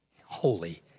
holy